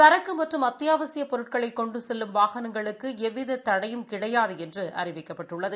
சரக்கு மற்றும் அத்தியாவசியப் பொருட்களைக் கொண்டு செல்லும் வானங்களுக்கு எவ்வித தடையும் கிடையாது என்று அறிவிக்கப்பட்டுள்ளது